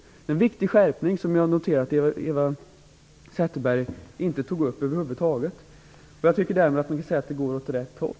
Det är en viktig skärpning som jag noterar att Eva Zetterberg över huvud taget inte tog upp. Jag tycker därmed att det går åt rätt håll.